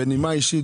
בנימה אישית,